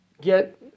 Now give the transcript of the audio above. get